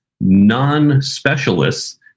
non-specialists